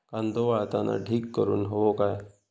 कांदो वाळवताना ढीग करून हवो काय?